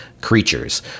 creatures